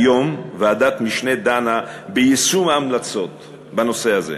כיום ועדת משנה דנה ביישום ההמלצות בנושא הזה.